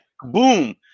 Boom